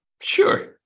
Sure